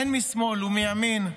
הן משמאל והן מימין,